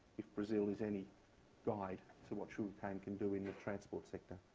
if brazil is any guide to what sugarcane can do in the transport sector.